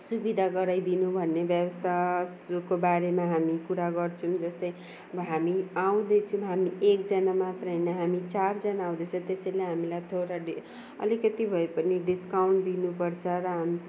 सुविधा गराइदिनु भन्ने व्यवस्था सोको बारेमा हामी कुरा गर्छौँ जस्तै अब हामी आउँदैछौँ हामी एकजना मात्र होइन हामी चारजना आउँदैछ त्यसैले हामीलाई थोडा अलिकति भए पनि डिस्काउन्ट दिनुपर्छ र हाम्